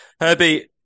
Herbie